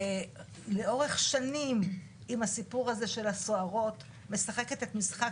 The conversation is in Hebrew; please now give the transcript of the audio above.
לאורך השנים עם הסיפור הזה של הסוהרות משחקת את משחק